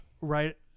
right